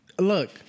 Look